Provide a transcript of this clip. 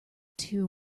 too